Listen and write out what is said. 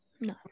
No